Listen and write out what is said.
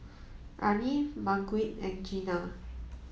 Arne Margurite and Gena